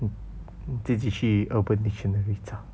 mm 自己去 urban dictionary 找